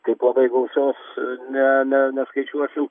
kaip labai gausios ne ne neskaičiuosim